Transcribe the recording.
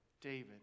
David